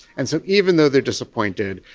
and so even though they are disappointed,